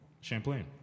Champlain